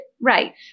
Right